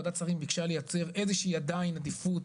וועדת השרים ביקשה לייצר איזו שהיא עדיין עדיפות.